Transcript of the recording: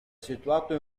situato